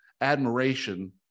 admiration